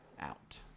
out